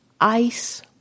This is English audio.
ice